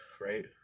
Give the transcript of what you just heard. right